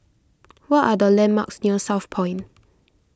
what are the landmarks near Southpoint